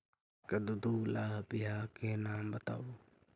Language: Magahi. कददु ला बियाह के नाम बताहु?